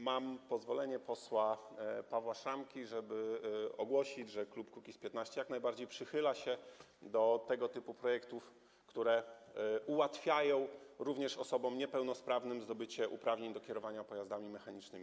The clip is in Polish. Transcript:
Mam pozwolenie posła Pawła Szramki, żeby ogłosić, że klub Kukiz’15 jak najbardziej przychyla się do tego typu projektów, które ułatwiają również osobom niepełnosprawnym zdobycie uprawnień do kierowania pojazdami mechanicznymi.